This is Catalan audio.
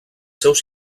seus